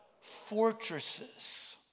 fortresses